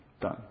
done